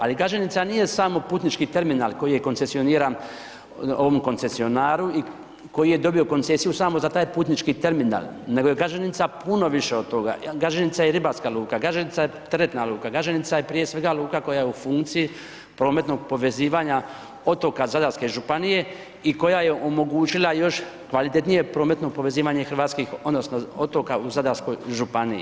Ali Gaženica nije samo putnički terminal koji je koncesioniran ovom koncesionaru i koji je dobio koncesiju samo za taj putnički terminal, nego je Gaženica puno više od toga, Gaženica je ribarska luka, Gaženica je teretna luka, Gaženica je prije svega luka koja je u funkciji prometnog povezivanja otoka Zadarske županije i koja je omogućila još kvalitetnije prometno povezivanje hrvatskih odnosno otoka u Zadarskoj županiji.